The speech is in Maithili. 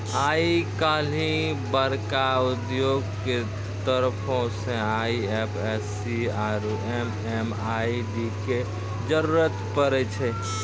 आइ काल्हि बड़का उद्यमियो के तरफो से आई.एफ.एस.सी आरु एम.एम.आई.डी के जरुरत पड़ै छै